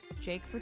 Jake